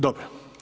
Dobro.